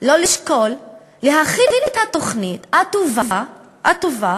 לא לשקול להחיל את התוכנית הטובה, הטובה,